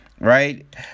Right